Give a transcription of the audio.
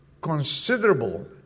considerable